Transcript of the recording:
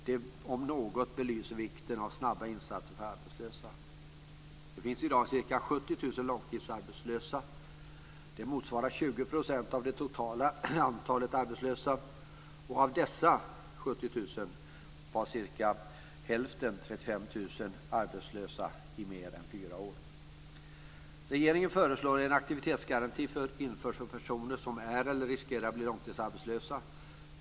Det om något belyser vikten av snabba insatser för arbetslösa. Det finns i dag ca 70 000 långtidsarbetslösa. Det motsvarar 20 % av det totala antalet arbetslösa. Av dessa 70 000 var cirka hälften, 35 000, arbetslösa i mer än fyra år. Regeringen föreslår att en aktivitetsgaranti införs för de personer som är eller riskerar att bli långtidsarbetslösa.